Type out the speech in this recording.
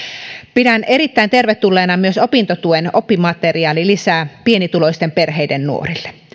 pidän erittäin tervetulleena myös opintotuen oppimateriaalilisää pienituloisten perheiden nuorille